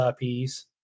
IPs